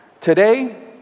Today